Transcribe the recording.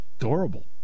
Adorable